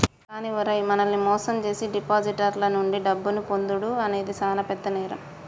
కానీ ఓరై మనల్ని మోసం జేసీ డిపాజిటర్ల నుండి డబ్బును పొందుడు అనేది సాన పెద్ద నేరం